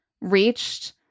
reached